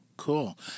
cool